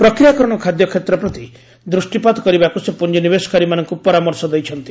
ପ୍ରକ୍ରିୟାକରଣ ଖାଦ୍ୟ କ୍ଷେତ୍ର ପ୍ରତି ଦୃଷ୍ଟିପାତ କରିବାକୁ ସେ ପୁଞ୍ଜିନିବେଶକାରୀମାନଙ୍କୁ ପରାମର୍ଶ ଦେଇଛନ୍ତି